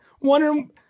wondering